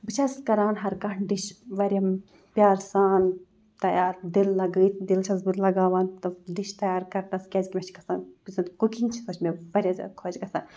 بہٕ چھَس کَران ہرکانٛہہ ڈِش واریاہ پیار سان تیار دِل لَگٲیِتھ دِل چھَس بہٕ لَگاوان تِم ڈِش تیار کَرنَس کیٛازِکہِ مےٚ چھِ کھَسان کُنہِ ساتہٕ کُکِنٛگ چھِ سۄ چھِ مےٚ واریاہ زیادٕ خۄش گژھان